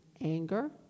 Anger